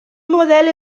model